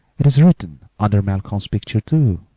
it is written under malcolm's picture, too.